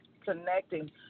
connecting